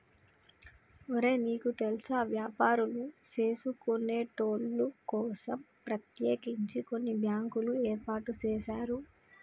ఒరే నీకు తెల్సా వ్యాపారులు సేసుకొనేటోళ్ల కోసం ప్రత్యేకించి కొన్ని బ్యాంకులు ఏర్పాటు సేసారు